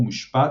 חוק ומשפט,